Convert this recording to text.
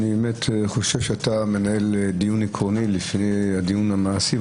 אני באמת חושב שאתה מנהל דיון עקרוני לפני הדיון המעשי,